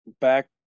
back